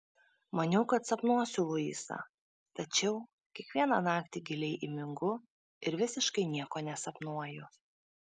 maniau kad sapnuosiu luisą tačiau kiekvieną naktį giliai įmingu ir visiškai nieko nesapnuoju